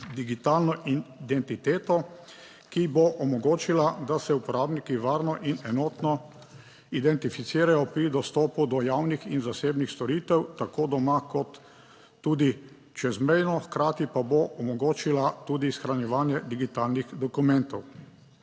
identiteto, ki bo omogočila, da se uporabniki varno in enotno identificirajo pri dostopu do javnih in zasebnih storitev, tako doma kot tudi čezmejno, hkrati pa bo omogočila tudi shranjevanje digitalnih dokumentov.